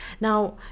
Now